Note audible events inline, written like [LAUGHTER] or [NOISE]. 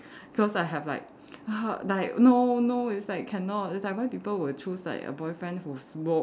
cause I have like [NOISE] like no no it's like cannot it's like why people would choose a boyfriend who smoke